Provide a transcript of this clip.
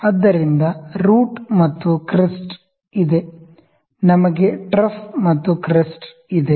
ಆದ್ದರಿಂದ ರೂಟ್ ಮತ್ತು ಕ್ರೆಸ್ಟ್ ಇದೆ ನಮಗೆ ಟ್ರಫ್ ಮತ್ತು ಕ್ರೆಸ್ಟ್ ಇದೆ